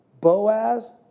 Boaz